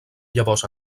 llavors